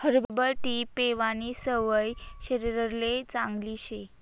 herbal tea पेवानी सवय शरीरले चांगली शे